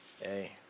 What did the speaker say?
Hey